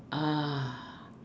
uh